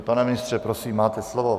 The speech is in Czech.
Pane ministře, prosím máte slovo.